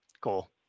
Cool